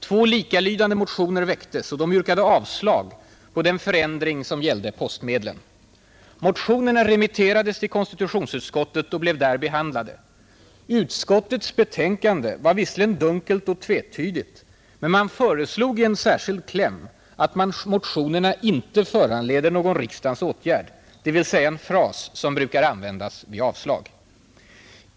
Två likalydande motioner väcktes, och de yrkade avslag på den förändring som gällde postmedlen. Motionerna remitterades till konstitutionsutskottet och blev där behandlade. Utskottets betänkande var visserligen dunkelt och tvetydigt, men man föreslog i en särskild kläm att motionerna ”inte föranleder någon riksdagens åtgärd”, dvs. den fras som ofta används vid avslag.